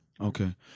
Okay